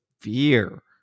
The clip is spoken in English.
fear